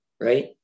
right